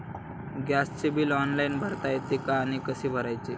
गॅसचे bill online भरता येते का आणि कसे भरायचे?